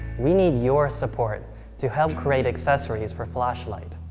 we need your support to help create accessories for flashlight.